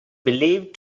believed